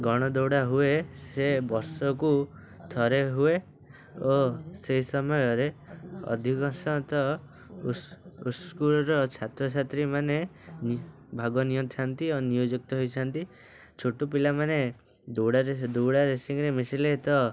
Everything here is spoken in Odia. ଗଣ ଦୌଡ଼ା ହୁଏ ସେ ବର୍ଷକୁ ଥରେ ହୁଏ ଓ ସେ ସମୟରେ ଅଧିକାଂଶତଃ ଇସ୍କୁଲ୍ର ଛାତ୍ରଛାତ୍ରୀମାନେ ଭାଗ ନେଇଥାନ୍ତି ଓ ନିୟୋଯୁକ୍ତ ହୋଇଥାନ୍ତି ଛୋଟ ପିଲାମାନେ ଦୌଡ଼ାରେ ଦୌଡ଼ା ରେସିଂରେ ମିଶିଲେ ତ